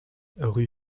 rue